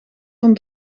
van